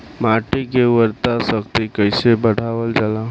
माटी के उर्वता शक्ति कइसे बढ़ावल जाला?